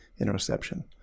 interception